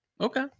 Okay